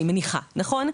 נכון?